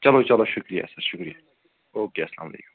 چلو چلو شُکریہ شُکریہ او کے اسلامُ علیکُم